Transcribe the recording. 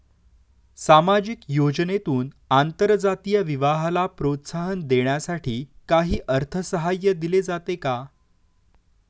सामाजिक योजनेतून आंतरजातीय विवाहाला प्रोत्साहन देण्यासाठी काही अर्थसहाय्य दिले जाते का?